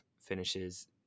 finishes